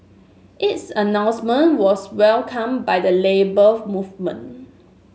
its announcement was welcomed by the Labour Movement